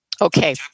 Okay